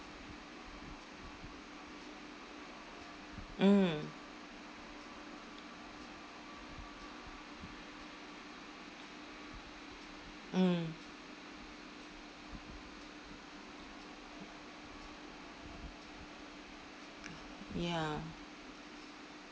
mm mm ya